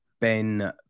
Ben